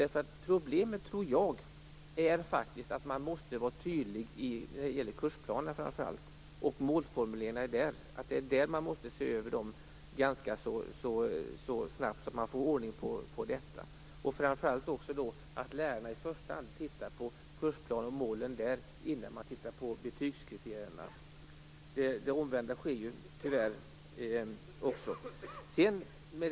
Jag tror att man måste vara tydlig i framför allt kursplanerna och målformuleringarna där. Man måste se över dem för att få ordning på detta. Lärarna bör i första hand titta på kursplanerna och målen där innan man tittar på betygskriterierna. Det omvända förekommer tyvärr också.